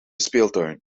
speeltuin